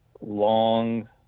long